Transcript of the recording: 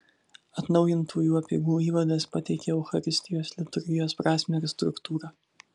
atnaujintųjų apeigų įvadas pateikia eucharistijos liturgijos prasmę ir struktūrą